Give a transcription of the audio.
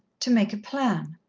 to make a plan.